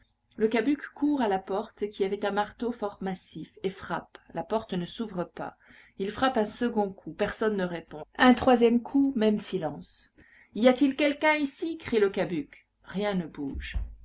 le cabuc court à la porte qui avait un marteau fort massif et frappe la porte ne s'ouvre pas il frappe un second coup personne ne répond un troisième coup même silence y a-t-il quelqu'un ici crie le cabuc rien ne bouge